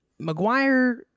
mcguire